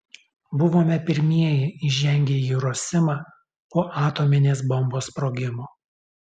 buvome pirmieji įžengę į hirosimą po atominės bombos sprogimo